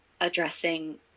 addressing